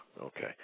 Okay